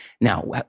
Now